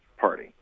party